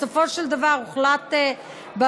בסופו של דבר הוחלט בוועדה,